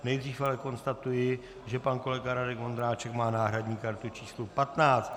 Nejdřív ale konstatuji, že pan kolega Radek Vondráček má náhradní kartu číslo 15.